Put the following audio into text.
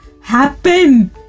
happen